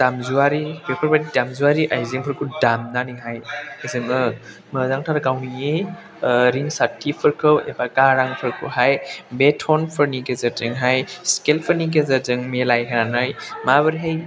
दामजुआरि बेफोरबायदि दामजुआरि आइजेंफोरखौ दामनानैहाय जोङो मोजांथार गावनि रिंसारथिफोरखौ एबा गारांफोरखौहाय बे ट'नफोरनि गेजेरजोंहाय स्केलफोरनि गेजेरजों मिलाय होनानै माबोरैहाय